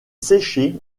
séché